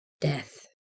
Death